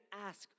ask